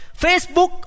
Facebook